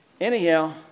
Anyhow